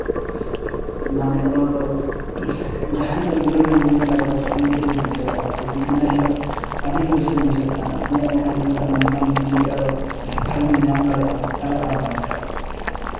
ᱢᱟᱱᱮ ᱚᱱᱟ ᱫᱚ ᱡᱟᱦᱟᱸᱭ ᱫᱚ ᱫᱩᱞᱟᱹᱲ ᱨᱮᱭ ᱧᱩᱨ ᱠᱟᱱᱟ ᱮᱠᱢᱟᱛᱨᱚ ᱩᱱᱤ ᱛᱮᱫ ᱜᱮᱭ ᱵᱩᱡᱽ ᱫᱟᱲᱮᱭᱟᱜᱼᱟ ᱛᱚ ᱤᱧ ᱤᱱᱟᱹ ᱦᱤᱞᱳᱜ ᱟᱹᱰᱤ ᱜᱮ ᱨᱟᱹᱥᱠᱟᱹᱧ ᱵᱩᱡᱷᱟᱹᱣᱮᱫ ᱛᱟᱦᱮᱱᱟ ᱤᱧᱟᱹᱜ ᱢᱚᱱᱮ ᱦᱩᱭᱩᱜ ᱠᱟᱱ ᱛᱟᱦᱮᱱᱟ ᱱᱚᱝᱠᱟᱱ ᱫᱤᱱ ᱡᱩᱫᱤ ᱟᱨᱚ ᱟᱨᱚᱧ ᱧᱟᱢ ᱫᱟᱲᱮᱭᱟᱜᱼᱟ ᱛᱟᱦᱚᱞᱮ ᱟᱨᱚ ᱵᱷᱟᱜᱮ ᱠᱚᱜᱼᱟ